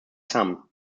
sum